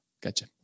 Gotcha